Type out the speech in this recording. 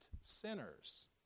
sinners